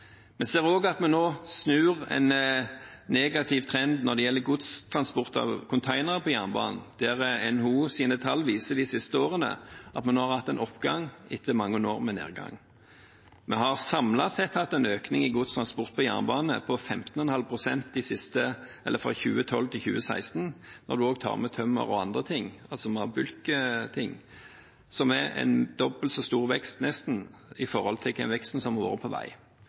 Vi ser også at vi nå snur en negativ trend når det gjelder transport av container på jernbanen. NHOs tall de siste årene viser at vi nå har hatt en oppgang, etter mange år med nedgang. Vi har samlet sett hatt en økning i godstransport på jernbane på 15,5 pst. fra 2012 til 2016, når en tar med tømmer og annet gods, bulkgods – en nesten dobbelt så stor vekst i forhold til veksten som har vært på vei.